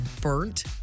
burnt